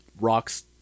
Rocks